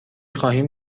خواهیم